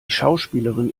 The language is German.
schauspielerin